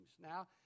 Now